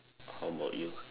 how about you